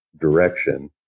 direction